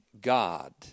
God